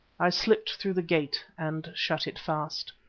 i slipped through the gate and shut it fast.